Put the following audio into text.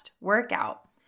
workout